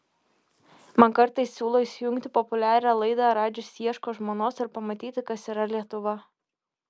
man kartais siūlo įsijungti populiarią laidą radžis ieško žmonos ir pamatyti kas yra lietuva